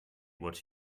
what